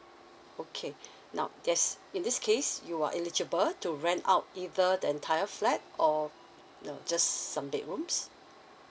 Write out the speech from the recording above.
okay now yes in this case you are eligible to rent out either the entire flat or you know just some bedrooms